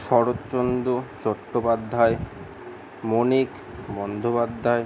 Saratchandra Chattopadhyay Manik Bandyopadhyay